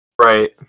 right